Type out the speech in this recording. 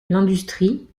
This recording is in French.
l’industrie